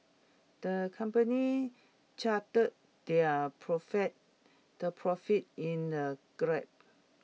the company charted their profits the profits in A graph